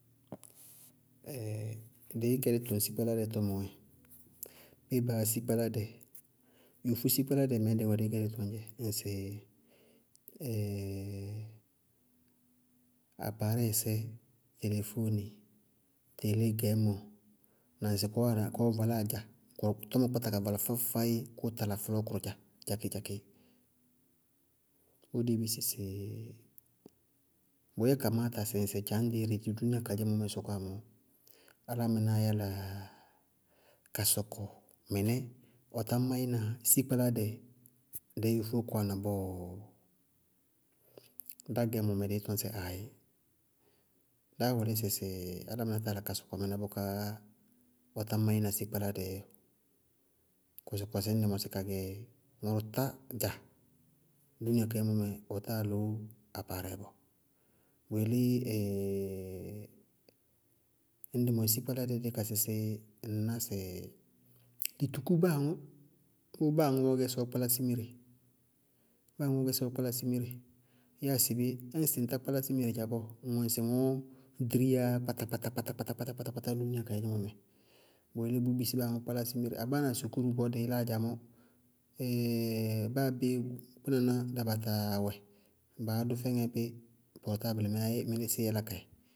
dɩí gɛ dí tɔŋ síkpáládɛ tɔmɔɔ yɛ. Béé baá yá síkpáládɛ? Yofó síkpáládɛɛ dɩí tɔññ dzɛ ŋsɩ apaarɛɩsɛ, telefóoni, teelée gɛɛmɔ, na ŋsɩ kɔɔ wáana, kɔɔ vala dza tɔmɔɔ kpátáa ka vala faá-faádzé, kʋʋ tala fɔlɔɔkʋrʋ dza dzaké-dzaké. Bʋʋ dɩí bisí sɩ bʋyɛ kamááta sɩ dza ñdɛ ire dɩ duuniya kadzé mɛɛ sɔkɔwá mɔɔ, álámɩnáá yála ka sɔkɔ mɩnɛ ɔtá máína síkpáládɛ dɛɛ yofóó kɔwana bɔɔ? Dá gɛɛmɔ mɛ dɩí yála ka tɔŋ sɩ aayí, dáá wʋlí álámɩná táa yála ka sɔkɔ mɩnɛ bʋká ɔ tá máína síkpáládɛ ɔɔ. Kɔsɩkɔsɩ ñŋ sɩ mɔsí kagɛ, ŋʋrʋ tá dza dúúnia kayé mɛ sɩ ɔ táa loó apaarɛɩ bɔɔ, bʋyelé ñŋ dɩ mɔsí síkpáládɛ dí ka sísí dɩí ná sɩ dɩ tukú báa aŋʋ, bʋʋ báa aŋʋʋ gɛ sɩ ɔ kpálá simire, báa aŋʋʋ gɛ sɩ ɔ kpálá simire. Yáa sɩbé ñŋsɩ ŋtá kpálá simire dza bɔɔ, ŋwɛ ŋsɩ ŋɔɔ diríyá yá kpátá-kpátá-kpátá-kpátá dúúnia kadzémɔ mɛ bʋyelé bʋʋ bisí dí kpálá simire, abáa na sukúru bɔɔ dɩɩ láa dza mɔɔ, báa bé kpínaná dabataa wɛ, baá dʋ fɛŋɛ bí pɔrtáabɩlɩ mɛɛ yá mɩnísíɩ í yálá ka yɛ.